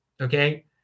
Okay